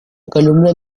columna